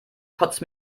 kotzt